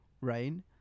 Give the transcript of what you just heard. rain